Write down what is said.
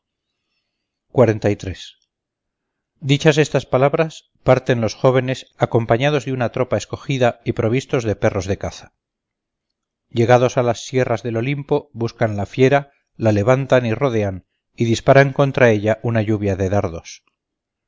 dichas estas palabras parten los jóvenes acompañados de una tropa escogida y provistos de perros de caza llegados a las sierras del olimpo buscan la fiera la levantan y rodean y disparan contra ella una lluvia de dardos